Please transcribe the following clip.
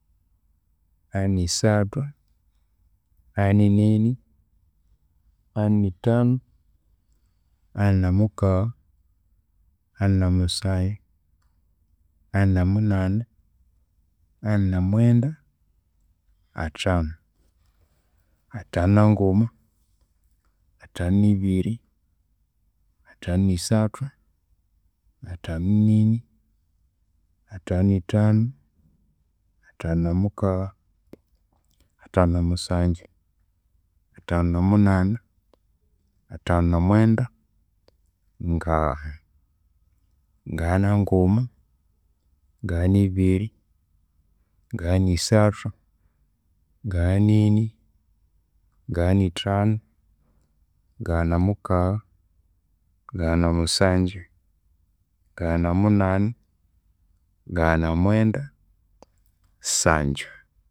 Ani- nisathu, ani- nini, ani- nithanu, ani- namukagha, ani- namusanju, ani- namusanju, ani- namunani, ani- namwenda, athanu, athanu nanguma athanu nibiri, athanu nisathu, athanu nini, athanu nithanu, athanu namukagha, athanu namusanju, athanu namunani, athanu namwenda, ngagha, ngagha nanguma, ngagha nibiri, ngagha nisathu, ngagha nini, ngagha nithanu, ngagha namukagha, ngagha namusanju, ngagha namunani, ngagha namwenda, sanju.